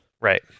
Right